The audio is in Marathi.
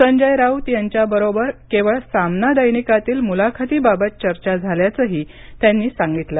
संजय राऊत यांच्याबरोबर केवळ सामना दैनिकातील मुलाखतीबाबत चर्चा झाल्याचंही त्यांनी सांगितलं